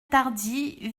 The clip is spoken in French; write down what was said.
tardy